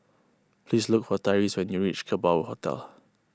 please look for Tyreese when you reach Kerbau Hotel